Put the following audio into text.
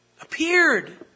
appeared